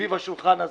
סביב השולחן הזה.